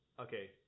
Okay